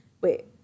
Wait